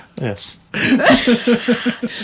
Yes